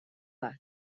bat